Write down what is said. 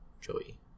Joey